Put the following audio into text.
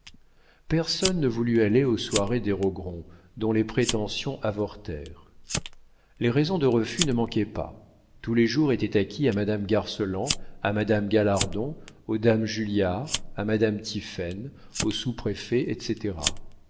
personne ne voulut aller aux soirées des rogron dont les prétentions avortèrent les raisons de refus ne manquaient pas tous les jours étaient acquis à madame garceland à madame galardon aux dames julliard à madame tiphaine au sous-préfet etc